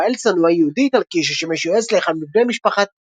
רפאל צנוע - יהודי איטלקי ששימש יועץ לאחד מבני משפחת